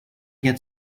get